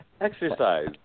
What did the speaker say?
exercise